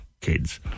kids